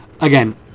again